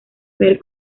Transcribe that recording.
ver